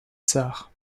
tsar